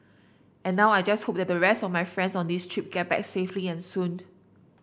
and now I just hope that the rest of my friends on this trip get back safely and soon